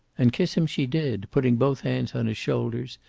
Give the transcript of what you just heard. and kiss him she did, putting both hands on his shoulders,